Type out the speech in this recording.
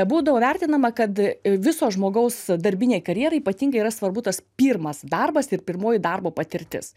būdavo vertinama kad viso žmogaus darbinei karjerai ypatingai yra svarbu tas pirmas darbas ir pirmoji darbo patirtis